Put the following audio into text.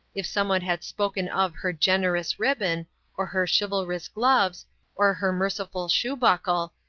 if someone had spoken of her generous ribbon or her chivalrous gloves or her merciful shoe-buckle,